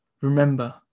remember